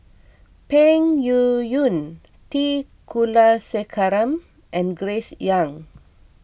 Peng Yuyun T Kulasekaram and Glace Young